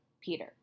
Peter